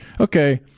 okay